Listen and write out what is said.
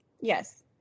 Yes